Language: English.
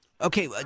Okay